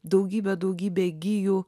daugybė daugybė gijų